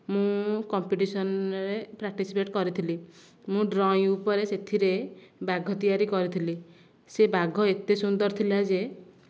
ମୁଁ କମ୍ପିଟିସନ୍ରେ ପ୍ରାଟିସିପେଟ୍ କରିଥିଲି ମୁଁ ଡ୍ରଇଁ ଉପରେ ସେଥିରେ ବାଘ ତିଆରି କରିଥିଲି ସେ ବାଘ ଏତେ ସୁନ୍ଦର ଥିଲା ଯେ